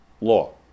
law